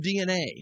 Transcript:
DNA